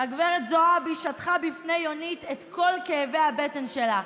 גב' זועבי שטחה בפני יונית את כל כאבי הבטן שלה,